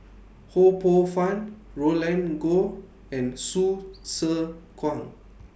Ho Poh Fun Roland Goh and Hsu Tse Kwang